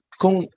kung